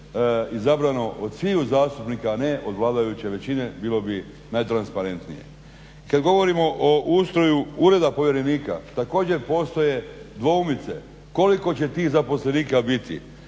izabrano od svih zastupnika, a ne od vladajuće većine bilo bi najtransparentnije. Kad govorimo o ustroju Ureda povjerenika također postoje dvoumice koliko će tih zaposlenika biti